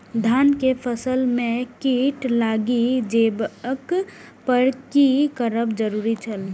धान के फसल में कीट लागि जेबाक पर की करब जरुरी छल?